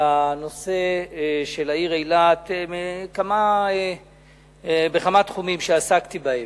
לנושא של העיר אילת בכמה תחומים שעסקתי בהם.